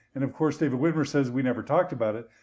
and of course, david whitmer says we never talked about it.